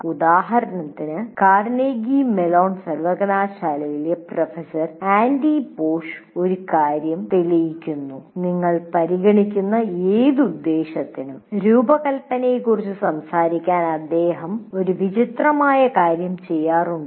ഉദാഹരണത്തിന് Carnegie Mellon സർവകലാശാലയിലെ professor Andy Pausch ഒരു കാര്യം തെളിയിക്കുന്നു നിങ്ങൾ പരിഗണിക്കുന്ന ഏത് ഉദ്ദേശ്യത്തിനും ഉൽപ്പന്നരൂപകൽപ്പനയെക്കുറിച്ച് സംസാരിക്കാൻ അദ്ദേഹം ക്ലാസ്സിൽ ഒരു വിചിത്രമായ കാര്യം ചെയ്യാറുണ്ടായിരുന്നു